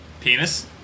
Penis